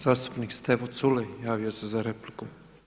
Zastupnik Stevo Culej javio se za repliku.